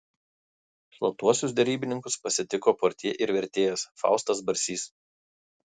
slaptuosius derybininkus pasitiko portjė ir vertėjas faustas barsys